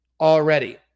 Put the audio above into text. already